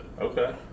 Okay